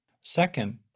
Second